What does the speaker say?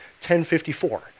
1054